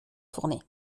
tournée